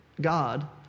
God